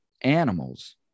animals